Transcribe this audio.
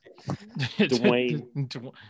Dwayne